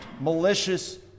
malicious